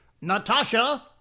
Natasha